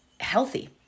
healthy